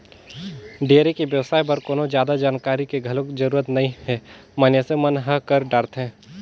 dairy के बेवसाय बर कोनो जादा जानकारी के घलोक जरूरत नइ हे मइनसे मन ह कर डरथे